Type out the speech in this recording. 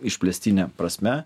išplėstine prasme